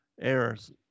errors